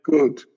Good